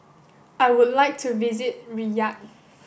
I would like to visit Riyadh